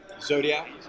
Zodiac